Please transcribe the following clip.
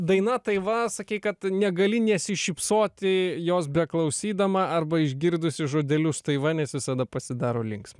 daina tai va sakei kad negali nesišypsoti jos beklausydama arba išgirdusi žodelius tai va nes visada pasidaro linksma